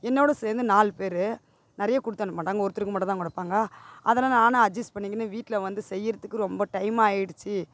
என்னோட சேர்ந்து நாலு பேரு நிறைய கொடுத்தனுப்ப மாட்டாங்க ஒருத்தருக்கு மட்டுந்தான் கொடுப்பாங்க அதெலாம் நானும் அட்ஜஸ் பண்ணிக்கின்னு வீட்டில் வந்து செய்கிறத்துக்கு ரொம்ப டைம் ஆகிடுச்சி